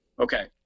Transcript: Okay